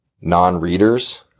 non-readers